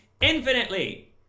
infinitely